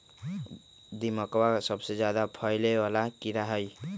दीमकवा सबसे ज्यादा फैले वाला कीड़ा हई